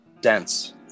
dense